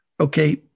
okay